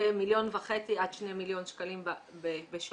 כמיליון וחצי עד 2 מיליון שקלים בשנה.